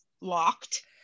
locked